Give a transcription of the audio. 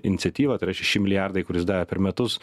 iniciatyva tai yra šeši milijardai kuris davė per metus